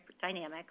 dynamics